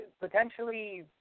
potentially